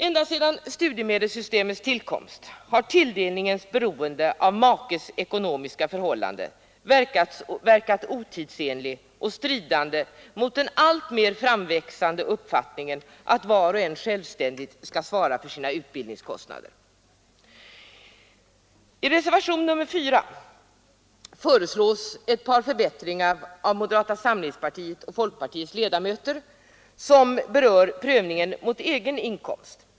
Ända sedan studiemedelssystemets tillkomst har tilldelningens beroende av makes ekonomiska förhållanden verkat otidsenlig och stridande mot den alltmer framväxande uppfattningen att var och en självständigt skall svara för sina utbildningskostnader. I reservationen 4 föreslår moderata samlingspartiets och folkpartiets ledamöter en förbättring som berör prövningen mot egen inkomst.